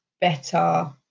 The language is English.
Better